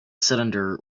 cylinder